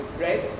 right